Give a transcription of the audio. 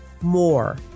more